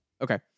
Okay